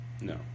no